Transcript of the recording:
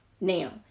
now